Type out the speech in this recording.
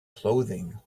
clothing